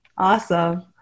Awesome